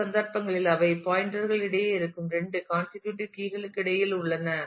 மற்ற சந்தர்ப்பங்களில் அவை பாயின்டர்கள் இடையே இருக்கும் இரண்டு காண்ஸிகியூட்டிவ் கீ களுக்கு இடையில் உள்ளன